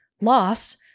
Loss